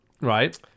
Right